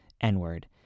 n-word